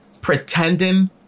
pretending